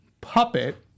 puppet